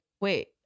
wait